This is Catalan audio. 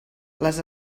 les